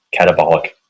catabolic